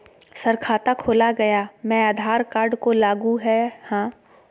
Sir खाता खोला गया मैं आधार कार्ड को लागू है हां?